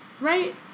Right